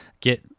get